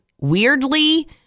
weirdly